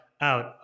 out